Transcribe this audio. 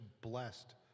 blessed